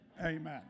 Amen